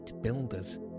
builders